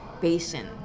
basin